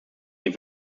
sie